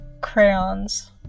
Crayons